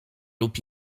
lub